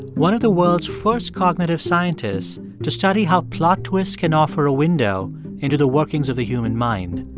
one of the world's first cognitive scientists to study how plot twists can offer a window into the workings of the human mind.